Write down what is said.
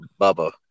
Bubba